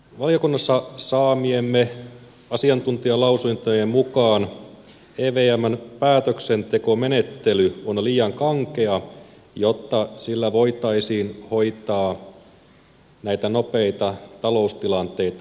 valiokunnassa saamiemme asiantuntijalausuntojen mukaan evmn päätöksentekomenettely on liian kankea jotta sillä voitaisiin hoitaa näitä nopeita taloustilanteita